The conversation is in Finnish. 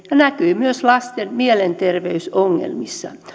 ja näkyy myös lasten mielenterveysongelmissa